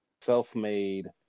self-made